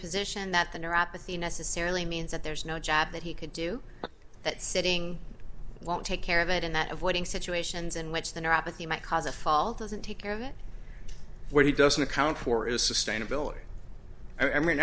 position that the neuropathy necessarily means that there's no job that he could do that sitting won't take care of it and that avoiding situations in which the apathy might cause a fall doesn't take care of it what he doesn't account for is sustainability i mean